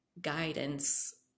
guidance